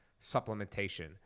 supplementation